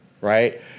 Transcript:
Right